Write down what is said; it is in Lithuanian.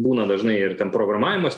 būna dažnai ir ten programavimas